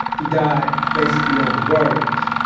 he died basically over words.